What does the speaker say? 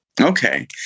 Okay